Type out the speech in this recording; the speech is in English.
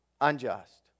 unjust